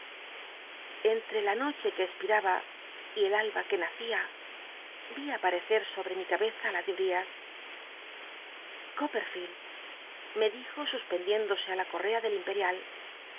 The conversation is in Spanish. entre la noche que espiraba y el alba que nacía ví aparecer sobl'e mi cabeza la de uriah copperfield me dij o suspendiéndose á la cor rea del imperial